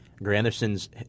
Granderson's